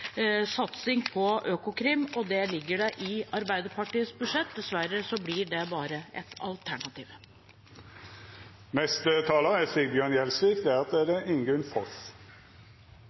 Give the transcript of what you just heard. satsing på Økokrim, og det ligger i Arbeiderpartiets budsjett. Dessverre blir det bare et alternativ. Nå tror jeg det er